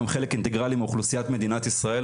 הם חלק אינטגרלי מאוכלוסיית מדינת ישראל.